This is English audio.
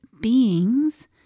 beings